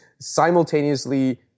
simultaneously